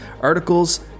articles